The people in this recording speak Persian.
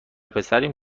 پسریم